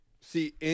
See